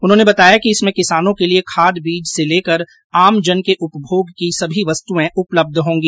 उन्होंने बताया कि इसमें किसानों के लिये खाद बीज से लेकर आमजन के उपभोग की सभी वस्तुएं उपलब्ध होगी